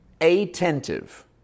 attentive